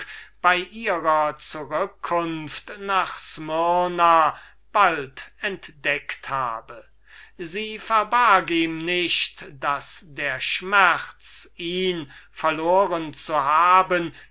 bei ihrer zurückkunft nach smyrna bald entdeckt habe sie verbarg ihm nicht daß der schmerz ihn verloren zu haben